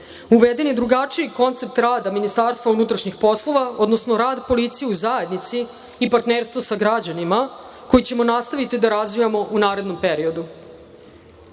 uveden je drugačiji koncept rada Ministarstva unutrašnjih poslova, odnosno rad policije u zajednici i partnerstvo sa građanima, koje ćemo nastaviti da razvijemo u narednom